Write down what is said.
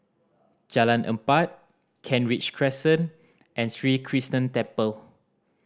Jalan Empat Kent Ridge Crescent and Sri Krishnan Temple